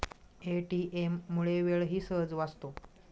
ATM मुळे वेळही सहज वाचतो